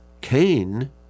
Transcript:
Cain